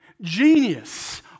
genius